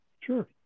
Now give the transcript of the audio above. Sure